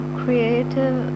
creative